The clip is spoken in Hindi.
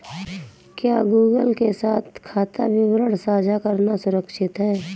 क्या गूगल के साथ खाता विवरण साझा करना सुरक्षित है?